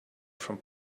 from